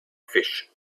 fish